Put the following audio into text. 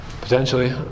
Potentially